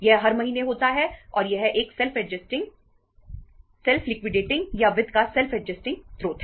यह हर महीने होता है और यह एक सेल्फ लिक्विडेटिंग स्रोत है